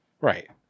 Right